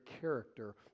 character